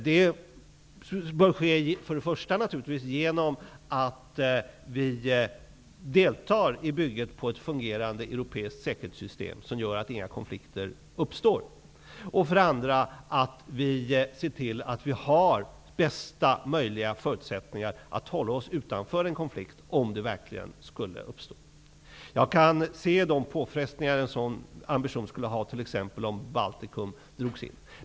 Det bör naturligtvis för det första ske genom att vi deltar i bygget på ett fungerande europeiskt säkerhetssystem som gör att inga konflikter uppstår, för det andra genom att vi ser till att vi har bästa möjliga förutsättningar att hålla oss utanför en konflikt, om den verkligen skulle uppstå. Jag kan se vilka påfrestningar en sådan ambition skulle drabbas av t.ex. om Baltikum drogs in.